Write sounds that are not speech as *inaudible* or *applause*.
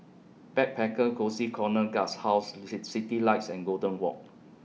Backpacker Cozy Corner Guesthouse *unintelligible* Citylights and Golden Walk